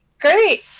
great